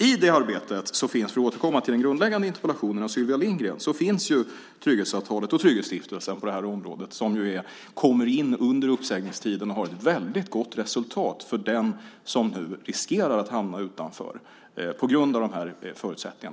I det arbetet - för att återkomma till den grundläggande interpellationen från Sylvia Lindgren - finns på det här området trygghetsavtalet och Trygghetsstiftelsen som ju kommer in under uppsägningstiden och som visar på ett väldigt gott resultat för den som riskerar att hamna utanför på grund av nämnda förutsättningar.